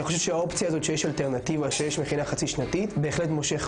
למכינות שנתיות, גם לחצי שנתיות וגם לשנת שירות.